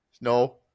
No